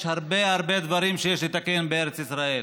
יש הרבה הרבה דברים שיש לתקן בארץ ישראל.